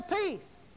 peace